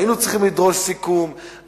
היינו צריכים לדרוש סיכום,